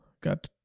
got